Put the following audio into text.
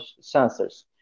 sensors